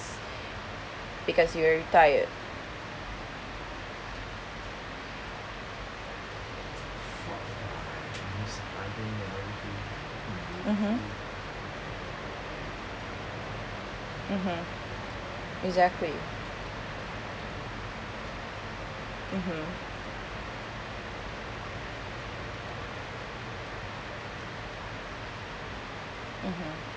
because you're retired mmhmm mmhmm exactly mmhmm mmhmm